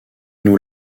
nous